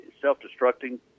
self-destructing